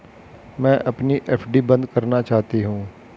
मैं अपनी एफ.डी बंद करना चाहती हूँ